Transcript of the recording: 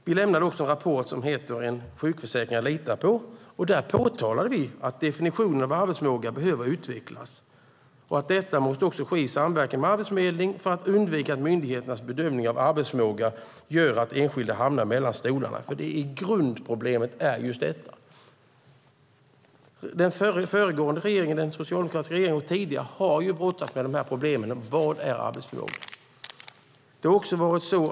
Vi lämnade också en rapport som heter En sjukförsäkring att lita på där vi påtalar att definitionen av arbetsförmåga behöver utvecklas och att detta måste ske i samverkan med Arbetsförmedlingen för att undvika att myndigheternas bedömning av arbetsförmåga gör att enskilda hamnar mellan stolarna, för grundproblemet är just detta. Den tidigare socialdemokratiska regeringen har brottats med problemet vad arbetsförmåga är.